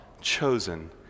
chosen